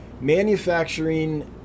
manufacturing